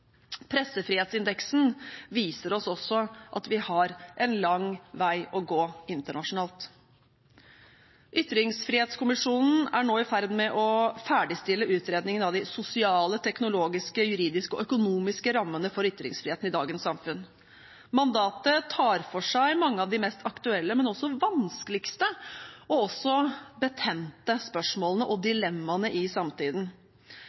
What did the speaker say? Pressefrihetsindeksen viser oss også at vi har en lang vei å gå internasjonalt. Ytringsfrihetskommisjonen er nå i ferd med å ferdigstille utredningen av de sosiale, teknologiske, juridiske og økonomiske rammene for ytringsfriheten i dagens samfunn. Mandatet tar for seg mange av de mest aktuelle, men også vanskeligste og betente spørsmålene og dilemmaene i samtiden: